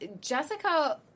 Jessica